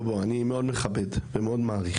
אני מאוד מכבד ומעריך,